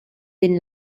din